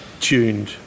tuned